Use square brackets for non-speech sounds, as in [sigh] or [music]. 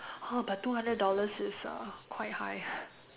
!huh! but two hundred dollars is uh quite high [laughs]